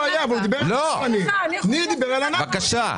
------ מה שהוא